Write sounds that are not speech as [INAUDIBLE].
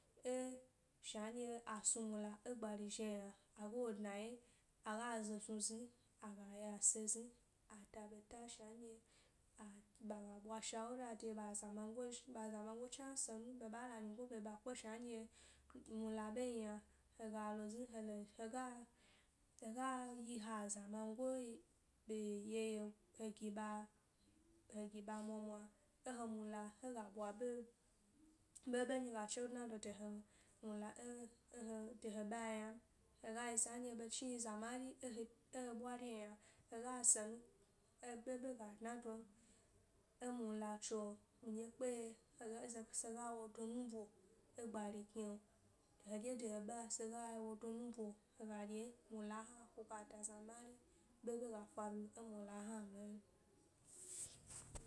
E shna nɗye a snu mula e gbari zhi yna aga wo dna ye aga zo sni zni aga yase zni ada ɓeta shna ɗye agi, ɓaga ɓwa shawura de de ɓa azamangoe ɓa zamango chna senu ɓe chna la nyigo ɓe ɓa kpe shna ndye mula ɓe yi yna hega lo zni hele hega hega yi ha aza mangoe [UNINTELLIGIBLE] he gi ɓa hegi ɓa mwa mwa e he mula hega ɓwa ɓa ɓeɓe nɗye ga chednado de mu mula e e ye de he ɓa ynan hega yi za nɗye ha ɓe chni za mari ehe e he ɓwari yna hega senu ɓeɓe ga dna don emula tso mi ɗye kpe ye hegaze sege wo do nubo egbari kni heɗge de he ɓae sege wo do nubo hega ɗye mula hna ga da zna mari ɓe ɓe ga faru emula hna.